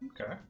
okay